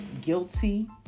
guilty